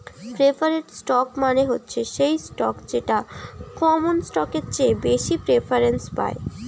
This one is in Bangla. প্রেফারেড স্টক মানে হচ্ছে সেই স্টক যেটা কমন স্টকের চেয়ে বেশি প্রেফারেন্স পায়